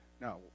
No